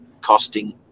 costing